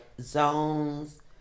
zones